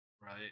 right